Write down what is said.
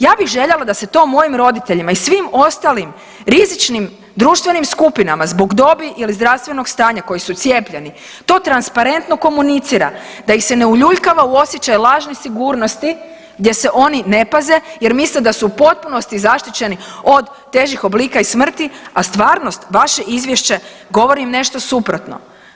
Ja bih željela da se to mojim roditeljima i svim ostalim rizičnim društvenim skupinama zbog dobi ili zdravstvenog stanja koji su cijepljeni to transparentno komunicira, da ih se ne uljuljkava u osjećaj lažne sigurnosti gdje se oni ne paze jer misle da su u potpunosti zaštićeni od težih oblika i smrti, a stvarnost, vaše izvješće govori im nešto suprotno.